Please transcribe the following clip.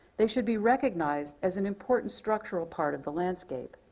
they should be recognized as an important structural part of the landscape,